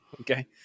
Okay